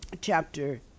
chapter